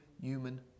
human